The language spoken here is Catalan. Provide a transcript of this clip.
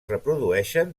reprodueixen